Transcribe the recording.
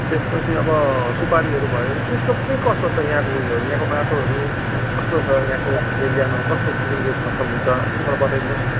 त्यसपछि अब सुपारीहरू भयो के कसो छ यहाँको उयोहरू यहाँको माटोहरू कस्तो छ यहाँको अब एरियामा कस्तो किसिमले फसल हुन्छ अलिकति मलाई बताइदिनुहोस् न